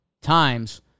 times